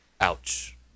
Ouch